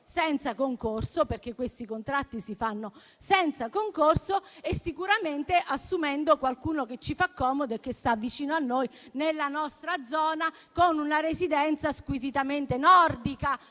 senza concorso dal momento che questi contratti si fanno senza e sicuramente assumendo qualcuno che ci fa comodo e che sta vicino a noi nella nostra zona, con una residenza squisitamente nordica.